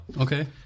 Okay